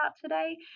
today